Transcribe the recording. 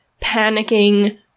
panicking